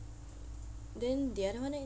then the other one eh